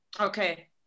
Okay